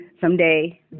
someday